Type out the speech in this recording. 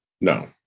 no